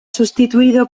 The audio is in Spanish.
sustituido